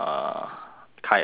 kai en and aaron